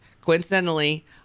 coincidentally